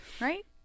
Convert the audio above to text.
Right